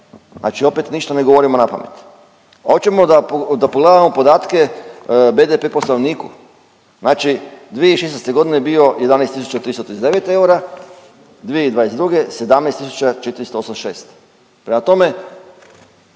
znači opet ništa ne govorimo na pamet. Hoćemo da pogledamo podatke BDP po stanovniku, znači 2016.g. je bio 11339 eura, 2022. 17486, prema tome